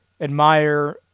admire